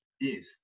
yes